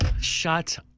Shut